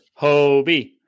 Hobie